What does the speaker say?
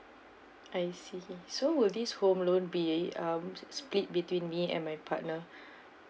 I see so will this home loan be um split between me and my partner